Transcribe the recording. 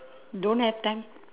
don't have time